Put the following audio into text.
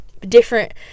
different